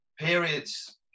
periods